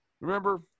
remember